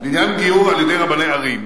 לעניין גיור על-ידי רבני ערים,